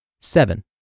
Seven